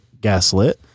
gaslit